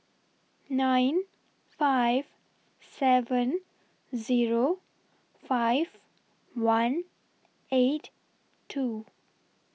nine five seven Zero five one eight two